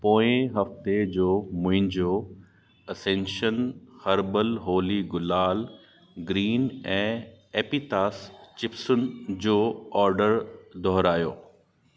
पोएं हफ़्ते जो मुंहिंजो असेनशन हर्बल होली गुलाल ग्रीन ऐं एपीतास चिपसूं जो ऑडर दुहिरायो